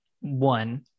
one